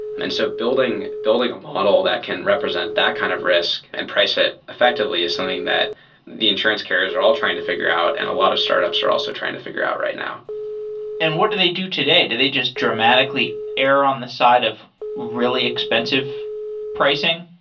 and so building building a model that can represent that kind of risk and price it effectively is something that the insurance carriers are all trying to figure out and a lot of startups are also trying to figure out right now and what do they do today? do they just dramatically air on the side of really expensive pricing?